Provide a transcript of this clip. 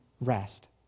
rest